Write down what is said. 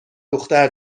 دختر